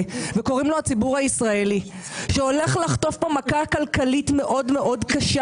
וקוראים לו הציבור הישראלי שהולך לחטוף פה מכה כלכלית מאוד קשה.